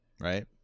right